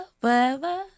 forever